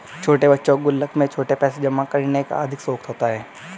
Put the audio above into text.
छोटे बच्चों को गुल्लक में छुट्टे पैसे जमा करने का अधिक शौक होता है